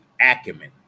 acumen